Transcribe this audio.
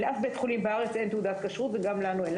לאף בית חולים בארץ אין תעודת כשרות וגם לנו אין,